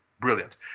Brilliant